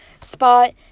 spot